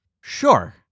Sure